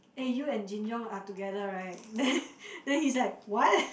eh you and Jin-Young are together right then then he's like what